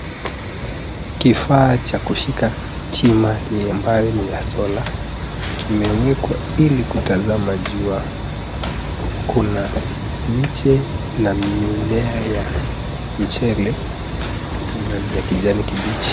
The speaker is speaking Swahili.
Kifaa cha kushika stima yenye ambayo ni ya sola kimewekwa ili kutazama jua. Kuna miche na mimea ya mchele na ni ya kijani kibichi.